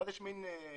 ואז יש מין התקזזות.